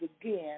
again